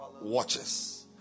watches